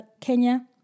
Kenya